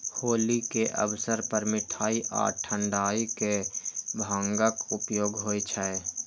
होली के अवसर पर मिठाइ आ ठंढाइ मे भांगक उपयोग होइ छै